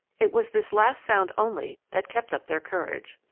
it was this last sound only that kept up their courage.